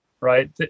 Right